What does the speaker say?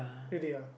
really ah